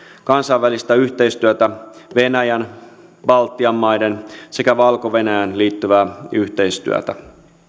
kansainvälistä yhteistyötä venäjään baltian maihin sekä valko venäjään liittyvää yhteistyötä